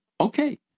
Okay